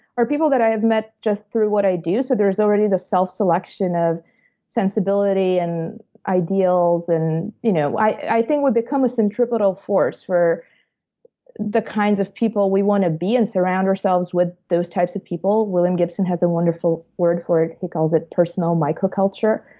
are people that i have met just through what i do. so, there's already the self-selection of sensibility and ideals. and you know i i think, we become a centripetal force. we're the kinds of people we wanna be and surround ourselves with those types of people. william gibson has a wonderful word for it. he calls it, personal micro-culture.